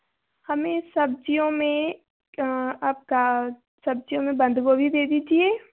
हमें सब्ज़ियों में आप का सब्ज़ियों में बंद गोभी दे दीजिए